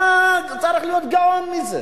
מה צריך להיות גאון לזה?